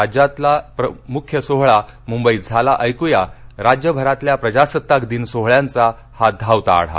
राज्यातला मुख्य सोहळा मुंबईत झाला ऐकूया राज्यभरातल्या प्रजासत्ताक दिन सोहळ्यांचा हा धावता आढावा